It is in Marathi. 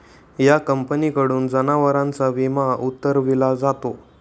या कंपनीकडून जनावरांचा विमा उतरविला जातो